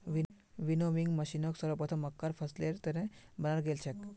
winnowing मशीनक सर्वप्रथम मक्कार फसलेर त न बनाल गेल छेक